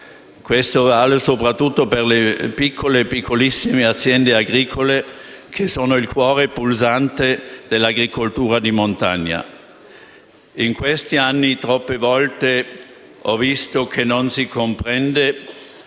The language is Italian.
questo vale soprattutto per le piccole e piccolissime aziende agricole, che sono il cuore pulsante dell'agricoltura di montagna. In questi anni, troppe volte ho visto che non si comprende